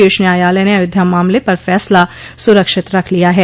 शीर्ष न्यायालय ने अयोध्या मामले पर फैसला सुरक्षित रख लिया है